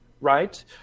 right